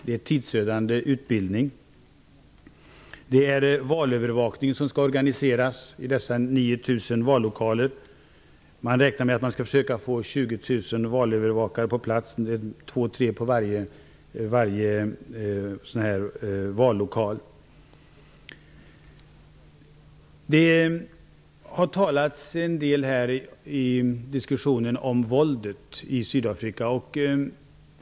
Det är en tidsödande utbildning. Valövervakning skall organiseras i 9 000 vallokaler. Man räknar med att man skall försöka få 20 000 valövervakare på plats -- 2 eller 3 på varje vallokal. Det har talats en del om våldet i Sydafrika i den här diskussionen.